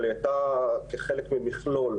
אבל היא הייתה חלק ממכלול,